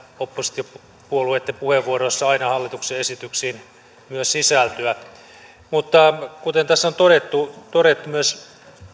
oppositiopuolueitten puheenvuoroissa aina hallituksen esityksiä kohtaan myös sisältyä kuten tässä on todettu todettu myös